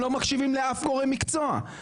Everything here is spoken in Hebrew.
לא רק לראש הממשלה יש כמה כתובות.